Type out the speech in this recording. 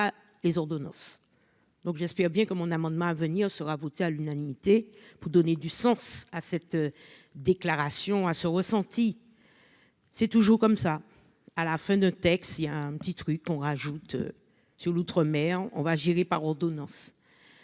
les ordonnances, donc j'espère bien que mon amendement à venir sera voté à l'unanimité pour donner du sens à cette déclaration à ce ressenti, c'est toujours comme ça à la fin de texte il y a un petit truc, on rajoute sur l'outre-mer, on va gérer par ordonnance,